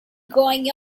going